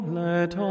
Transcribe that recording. let